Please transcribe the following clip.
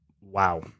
Wow